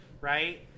right